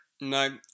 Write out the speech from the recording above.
No